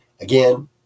Again